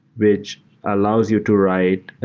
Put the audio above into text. which allows you to write,